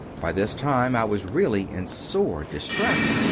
by this time i was really in sore distress.